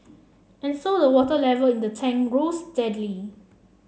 and so the water level in the tank rose steadily